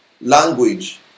Language